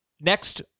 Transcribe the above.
Next